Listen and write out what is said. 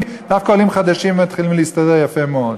דווקא עולים חדשים מתחילים להסתדר יפה מאוד,